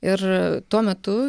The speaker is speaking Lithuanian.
ir tuo metu